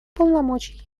полномочий